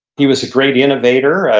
he was a great innovator.